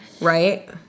Right